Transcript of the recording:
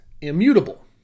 immutable